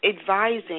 advising